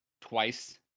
twice